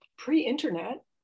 pre-internet